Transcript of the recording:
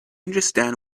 understand